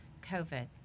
COVID